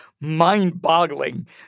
mind-boggling